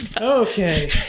Okay